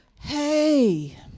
Hey